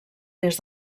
des